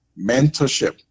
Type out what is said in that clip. mentorship